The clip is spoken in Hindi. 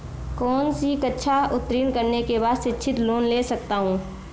कौनसी कक्षा उत्तीर्ण करने के बाद शिक्षित लोंन ले सकता हूं?